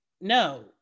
no